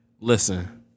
Listen